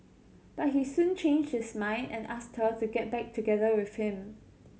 but he soon changed his mind and asked her to get back together with him